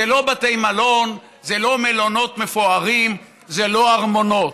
אלה לא בתי מלון, לא מלונות מפוארים, לא ארמונות,